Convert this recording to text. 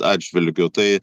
atžvilgiu tai